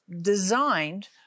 designed